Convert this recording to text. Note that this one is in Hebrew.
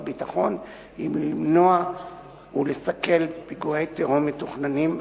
ביטחון היא למנוע ולסכל פיגועי טרור מתוכננים,